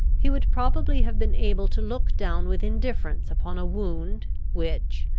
he would probably have been able to look down with indifference upon a wound, which,